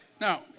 now